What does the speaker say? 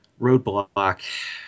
roadblock